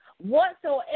whatsoever